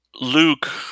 Luke